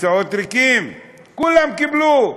כיסאות ריקים, כולם קיבלו.